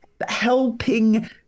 helping